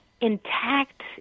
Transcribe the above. intact